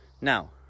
Now